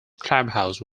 clubhouse